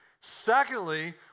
Secondly